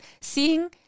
seeing